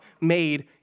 made